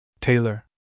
Taylor